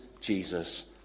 Jesus